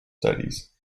studies